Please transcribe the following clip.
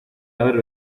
haber